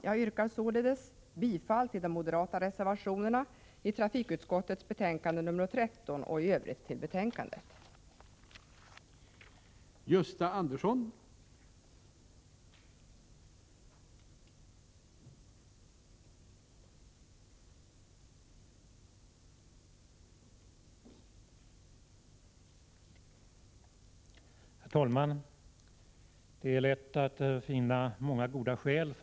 Jag yrkar således bifall till de moderata reservationerna i trafikutskottets betänkande 13 och i övrigt till utskottets hemställan.